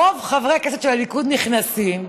רוב חברי הכנסת של הליכוד נכנסים,